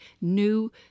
new